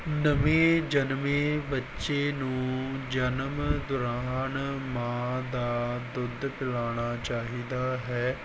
ਨਵੇਂ ਜਨਮੇ ਬੱਚੇ ਨੂੰ ਜਨਮ ਦੌਰਾਨ ਮਾਂ ਦਾ ਦੁੱਧ ਪਿਲਾਉਣਾ ਚਾਹੀਦਾ ਹੈ